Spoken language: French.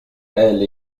elle